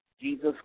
Jesus